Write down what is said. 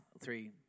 three